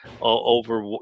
Over